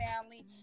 family